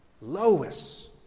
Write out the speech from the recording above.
Lois